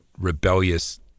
rebellious